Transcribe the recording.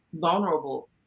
vulnerable